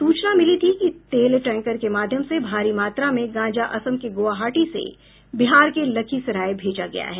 सूचना मिली थी कि तेल टैंकर के माध्यम से भारी मात्रा में गांजा असम के गुवाहाटी से बिहार के लखीसराय भेजा गया है